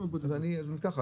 אם כך,